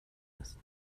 است